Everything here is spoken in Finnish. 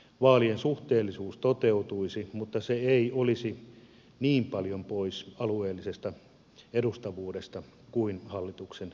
vaalien suhteellisuus toteutuisi mutta se ei olisi niin paljon pois alueellisesta edustavuudesta kuin hallituksen esityksessä